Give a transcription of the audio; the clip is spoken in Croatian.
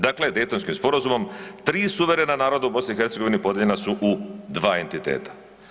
Dakle Daytonski sporazumom tri suverena naroda u BiH podijeljena su u dva entiteta.